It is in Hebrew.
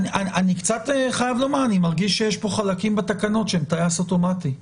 אני קצת חייב לומר שאני מרגיש שיש פה חלקים בתקנות שהם טייס אוטומטי.